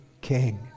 king